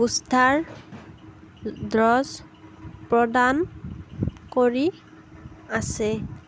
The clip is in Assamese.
বুষ্টাৰ ড'জ প্ৰদান কৰি আছে